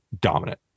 dominant